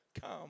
come